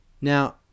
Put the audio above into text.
Now